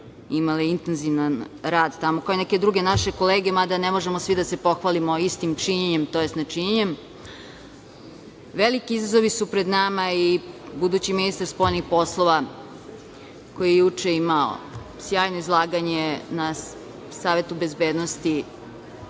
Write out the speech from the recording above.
imali intenzivan rad tamo, kao i neke druge kolege, mada ne možemo svi da se pohvalimo istim činjenjem, tj. ne činjenjem. Veliki izazovi su pred nama i budući ministar spoljnih poslova koji je juče imao sjajno izlaganje na Savetu bezbednosti